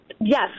Yes